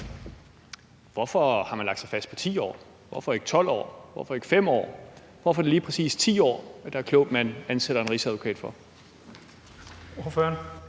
Hvorfor har man lagt sig fast på 10 år? Hvorfor ikke 12 år, eller hvorfor ikke 5 år? Hvorfor er det lige præcis 10 år, at det anses for klogt at ansætte en rigsadvokat for?